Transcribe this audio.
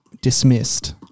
dismissed